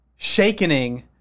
shakening